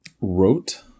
wrote